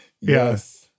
Yes